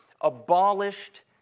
abolished